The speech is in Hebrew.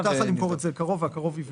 מותר לך למכור לקרוב והקרוב יבנה.